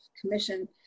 commission